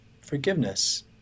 forgiveness